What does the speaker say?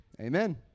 Amen